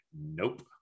nope